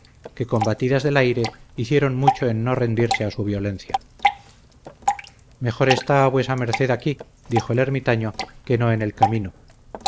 que combatidas del aire hicieron mucho en no rendirse a su violencia mejor está vuesa merced aquí dijo el ermitaño que no en el camino